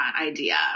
idea